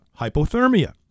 hypothermia